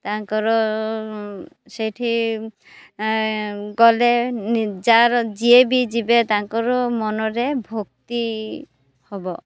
ତାଙ୍କର ସେଇଠି ଗଲେ ଯାର ଯିଏ ବି ଯିବେ ତାଙ୍କର ମନରେ ଭକ୍ତି ହବ